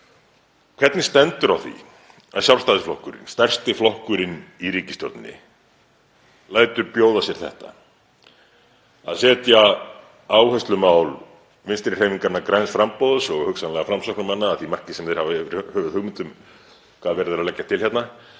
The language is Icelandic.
Hvernig stendur á því að Sjálfstæðisflokkurinn, stærsti flokkurinn í ríkisstjórninni, lætur bjóða sér að setja áherslumál Vinstrihreyfingarinnar – græns framboðs og hugsanlega Framsóknarmanna, að því marki sem þeir hafa yfir höfuð hugmynd um hvað verið er að leggja til hérna,